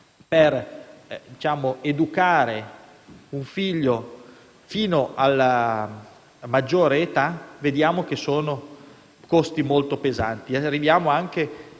per educare un figlio fino alla maggiore età, vediamo che sono molto pesanti e che